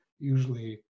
Usually